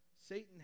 Satan